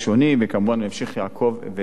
וכמובן הוא ימשיך לעקוב ולטפל.